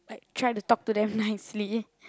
try to talk to them nicely